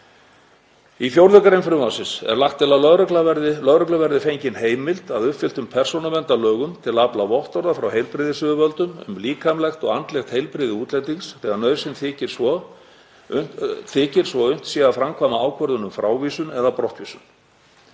Í 4. gr. frumvarpsins er lagt til að lögreglu verði fengin heimild, að uppfylltum persónuverndarlögum, til að afla vottorða frá heilbrigðisyfirvöldum um líkamlegt og andlegt heilbrigði útlendings þegar nauðsyn þykir svo að unnt sé að framkvæma ákvörðun um frávísun eða brottvísun.